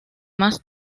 más